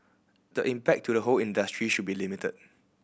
the impact to the whole industry should be limited